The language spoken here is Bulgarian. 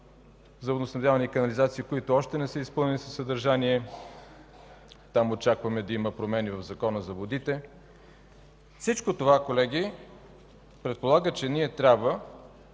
за водоснабдяване и канализация, които още не са изпълнени със съдържание. Там очакваме да има промени в Закона за водите. Всичко това, колеги, предполага, че трябва